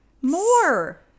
More